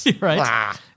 right